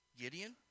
Gideon